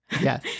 Yes